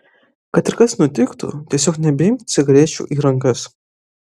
kad ir kas nutiktų tiesiog nebeimk cigarečių į rankas